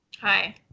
Hi